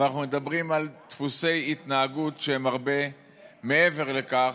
אבל אנחנו מדברים על דפוסי התנהגות שהם הרבה מעבר לכך,